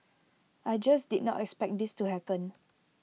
I just did not expect this to happen